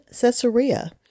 Caesarea